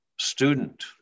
student